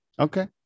okay